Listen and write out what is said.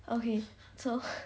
okay so